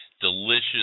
delicious